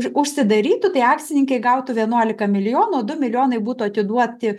už užsidarytų tai akcininkai gautų vienuolika milijonų o du milijonai būtų atiduoti